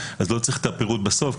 לא צריך את הפירוט בסוף,